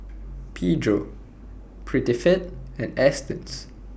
Pedro Prettyfit and Astons